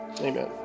Amen